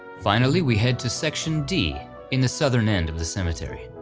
finally we head to section d in the southern end of the cemetery.